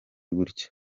gutyo